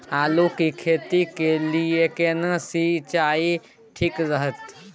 आलू की खेती के लिये केना सी सिंचाई ठीक रहतै?